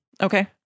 Okay